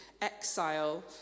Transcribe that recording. exile